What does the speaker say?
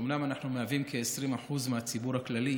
שאומנם אנחנו מהווים כ-20% מהציבור הכללי,